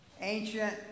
ancient